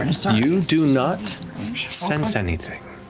um so you do not sense anything.